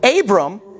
Abram